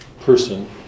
person